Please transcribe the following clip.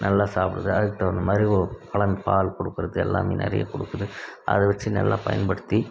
நல்லா சாப்பிடுது அதுக்கு தகுந்த மாதிரி பால் கொடுக்குறது எல்லாமே நிறைய கொடுக்குது அதை வச்சு நல்லா பயன்படுத்தி